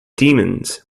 demons